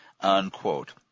unquote